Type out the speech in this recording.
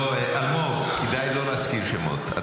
לא, אלמוג, כדאי לא להזכיר שמות.